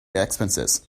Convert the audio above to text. expenses